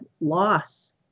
loss